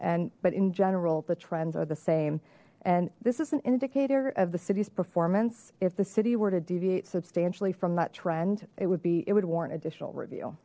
and but in general the trends are the same and this is an indicator of the city's performance if the city were to deviate substantially from that trend it would be it would warrant additional rev